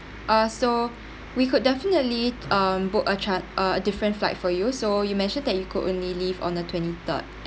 uh so we could definitely um book a tran~ uh different flight for you so you mentioned that you could only leave on the twenty third